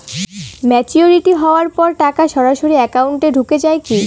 Maturity হওয়ার পর টাকা সরাসরি একাউন্ট এ ঢুকে য়ায় কি?